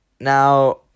Now